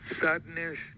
sadness